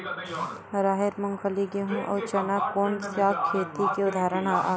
राहेर, मूंगफली, गेहूं, अउ चना कोन सा खेती के उदाहरण आवे?